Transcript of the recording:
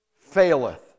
faileth